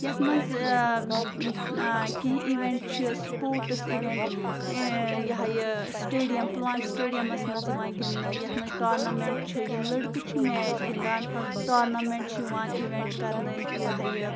یَتھ منٛز کینٛہہ اِوٮ۪نٛٹ چھِ سپوٹٕس اِوٮ۪نٛٹ یہِ ہہ یہِ سٹیڈیَم پُلوامہِ سٹیڈیَمَس منٛز یِوان گِنٛدنہٕ یَتھ منٛز ٹارنَمٮ۪نٛٹ چھِ یِم لٔڑکہٕ چھِ میچ گِنٛدان ٹورنَمٮ۪نٛٹ چھِ یِوان اِویٮنٛٹ کَرنہٕ یہِ ہہ یہِ